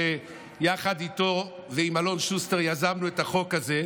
שיחד איתו ועם אלון שוסטר יזמנו את החוק הזה,